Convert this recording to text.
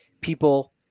people